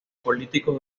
políticos